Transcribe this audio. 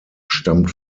stammt